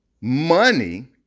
money